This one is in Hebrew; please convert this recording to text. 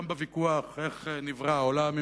גם בוויכוח איך נברא העולם,